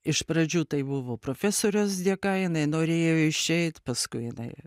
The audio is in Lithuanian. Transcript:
iš pradžių tai buvo profesoriaus dėka jinai norėjo išeit paskui jinai